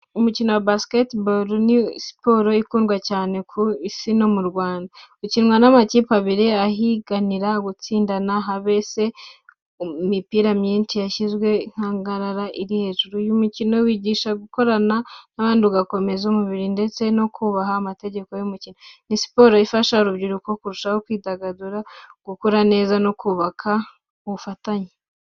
Umukino wa basketball ni siporo ikundwa cyane ku Isi no mu Rwanda. Ukinwa n’amakipe abiri ahiganira gutsindana, habe se ku mipira myinshi yashyizwe mu nkangara iri hejuru. Uyu mukino wigisha gukorana n’abandi, gukomeza umubiri, ndetse no kubaha amategeko y’umukino. Ni siporo ifasha urubyiruko kurushaho kwidagadura, gukura neza no kubaka ubufatanye.